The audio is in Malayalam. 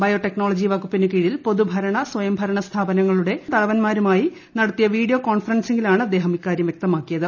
ബയോ ടെക്നോളജി വകുപ്പിന് കീഴിൽ പൊതുഭരണ സ്ത്ര്യ്ഭരണ സ്ഥാപനങ്ങളുടെ തലവന്മാരുമായി നടത്തിയ വീഡിയോ കോൺഫറൻസിംഗിലാണ് അദ്ദേഹം ഇക്കാര്യം വ്യക്തമാക്കിയത്